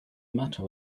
matter